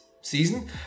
season